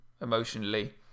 emotionally